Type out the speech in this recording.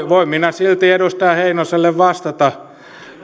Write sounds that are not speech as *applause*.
*unintelligible* voin minä silti edustaja heinoselle vastata